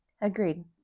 Agreed